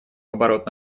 оборот